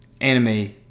anime